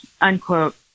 unquote